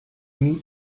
meet